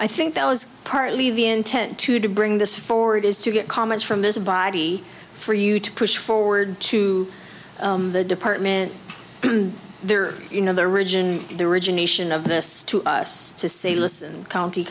i think that was partly the intent to to bring this forward is today comments from this body for you to push forward to the department there you know the region the origination of this to us to say listen county